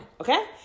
okay